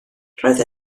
roedd